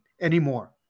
anymore